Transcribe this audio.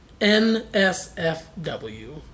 NSFW